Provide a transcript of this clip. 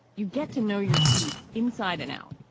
you get to know your beat inside and out.